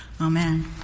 Amen